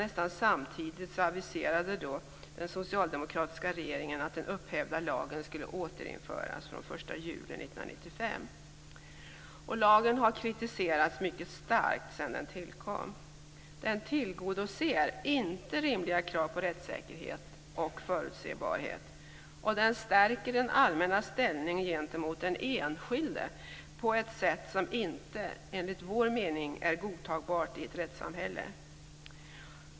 Nästan samtidigt aviserade den socialdemokratiska regeringen att den upphävda lagen skulle återinföras från den 1 juli 1995. Lagen har kritiserats mycket starkt sedan den tillkom. Den tillgodoser inte rimliga krav på rättssäkerhet och förutsebarhet, och den stärker det allmännas ställning gentemot den enskilde på ett sätt som enligt vår mening inte är godtagbart i ett rättssamhälle.